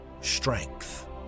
Strength